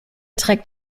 trägt